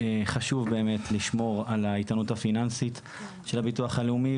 חשוב לשמור על האיתנות הפיננסית של הביטוח הלאומי,